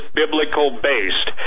biblical-based